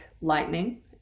lightning